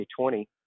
2020